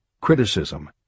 criticism